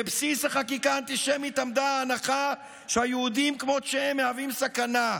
בבסיס החקיקה האנטישמית עמדה ההנחה שהיהודים כמות שהם מהווים סכנה,